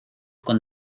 con